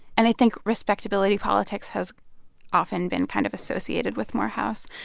and i think respectability politics has often been kind of associated with morehouse.